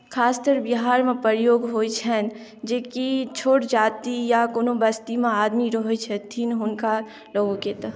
खासतर बिहारमे प्रयोग होइत छनि जेकि छोट जाति या कोनो बस्तीमे आदमी रहैत छथिन हुनका लोकके ओतय